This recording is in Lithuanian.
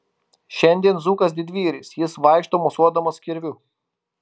šiandien zukas didvyris jis vaikšto mosuodamas kirviu